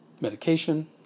medication